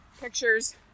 pictures